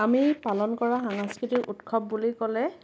আমি পালন কৰা সাংস্কৃতিক উৎসৱ বুলি ক'লে